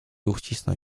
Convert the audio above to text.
uścisnął